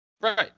Right